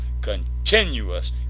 continuous